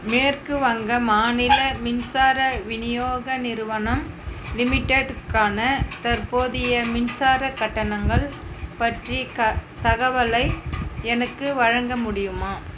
மேற்கு வங்க மாநில மின்சார விநியோக நிறுவனம் லிமிடெட்டுக்கான தற்போதைய மின்சாரக் கட்டணங்கள் பற்றி க தகவலை எனக்கு வழங்க முடியுமா